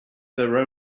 their